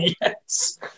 Yes